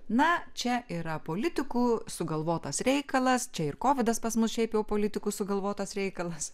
na čia yra politikų sugalvotas reikalas čia ir kovidas pas mus šiaip jau politikų sugalvotas reikalas